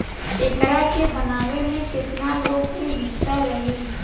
एकरा के बनावे में केतना लोग के हिस्सा रही